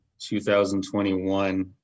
2021